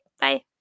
bye